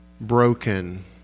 broken